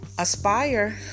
Aspire